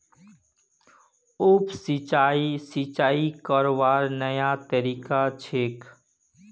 उप सिंचाई, सिंचाई करवार नया तरीका छेक